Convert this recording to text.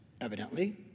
evidently